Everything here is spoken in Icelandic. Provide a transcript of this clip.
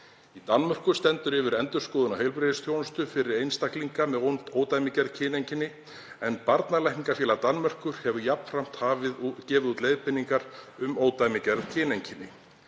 Í Danmörku stendur yfir endurskoðun á heilbrigðisþjónustu fyrir einstaklinga með ódæmigerð kyneinkenni en Barnalæknafélag Danmerkur hefur jafnframt gefið út leiðbeiningar um ódæmigerð kyneinkenni.